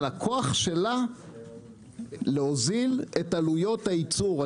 של הכוח שלה להוזיל את עלויות הייצור.